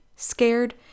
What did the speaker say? scared